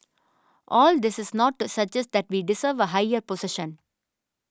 all this is not to suggest that we deserve a higher position